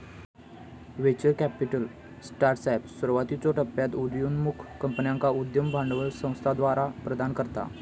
venture capital startups, सुरुवातीच्यो टप्प्यात उदयोन्मुख कंपन्यांका उद्यम भांडवल संस्थाद्वारा प्रदान करता